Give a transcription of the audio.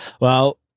Well-